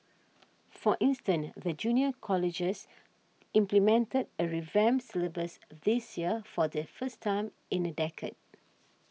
for instance the junior colleges implemented a revamped syllabus this year for the first time in a decade